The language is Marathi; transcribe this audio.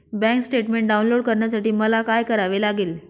बँक स्टेटमेन्ट डाउनलोड करण्यासाठी मला काय करावे लागेल?